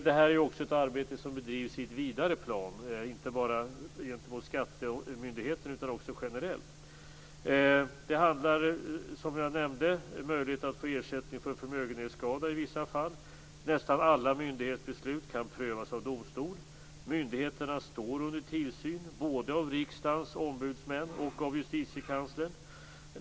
Det här är ett arbete som bedrivs i ett vidare plan och inte bara gentemot skattemyndigheten utan också generellt. Det handlar som jag nämnde om möjlighet att få ersättning för förmögenhetsskada i vissa fall. Nästan alla myndighetsbeslut kan prövas av domstol. Myndigheterna står under tillsyn både av riksdagens ombudsmän och av justitiekanslern.